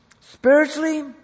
Spiritually